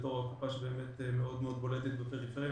בתור קופה שמאוד מאוד בולטת בפריפריה,